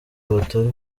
batari